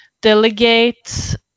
delegate